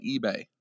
eBay